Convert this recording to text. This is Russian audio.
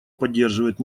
поддерживает